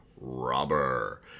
robber